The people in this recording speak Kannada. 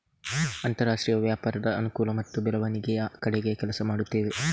ಅಂತರಾಷ್ಟ್ರೀಯ ವ್ಯಾಪಾರದ ಅನುಕೂಲ ಮತ್ತು ಬೆಳವಣಿಗೆಯ ಕಡೆಗೆ ಕೆಲಸ ಮಾಡುತ್ತವೆ